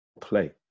play